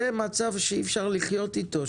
זה מצב שאי אפשר לחיות אתו,